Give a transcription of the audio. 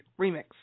remix